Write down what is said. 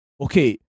okay